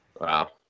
wow